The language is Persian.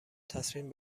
تصمیم